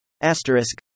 Asterisk